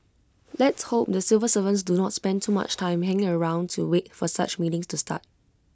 let's hope the civil servants do not spend too much time hanging around to wait for such meetings to start